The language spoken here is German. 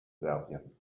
serbien